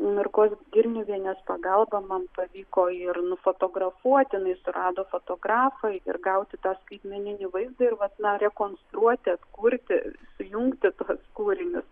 mirgos girniuvienės pagalba man pavyko ir nufotografuoti na surado fotografai ir gauti tą skaitmeninį vaizdą ir vat na rekonstruoti atkurti sujungti tuos kūrinius